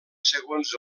segons